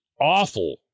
awful